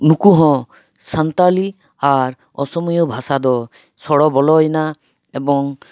ᱱᱩᱠᱩ ᱦᱚᱸ ᱥᱟᱱᱛᱟᱞᱤ ᱟᱨ ᱚᱥᱚᱢᱤᱭᱟᱹ ᱵᱷᱟᱥᱟ ᱫᱚ ᱥᱚᱲᱚ ᱵᱚᱞᱚᱭᱮᱱᱟ ᱮᱵᱚᱝ